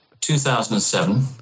2007